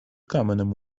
каменем